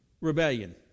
rebellion